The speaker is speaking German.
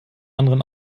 anderen